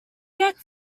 yet